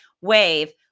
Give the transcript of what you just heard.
wave